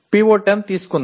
PO10 ஐ எடுத்துக் கொள்வோம்